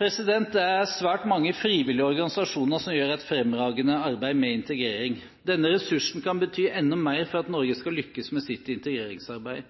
Det er svært mange frivillige organisasjoner som gjør et fremragende arbeid med integrering. Denne ressursen kan bety enda mer for at Norge skal lykkes med sitt integreringsarbeid.